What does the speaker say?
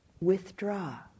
withdraw